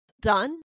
done